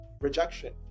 rejection